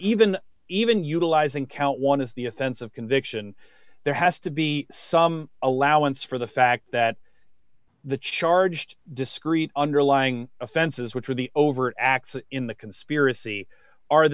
even even utilizing count one is the offense of conviction there has to be some allowance for the fact that the charged discrete underlying offenses which are the overt acts in the conspiracy are